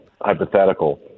hypothetical